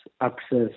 access